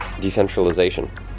Decentralization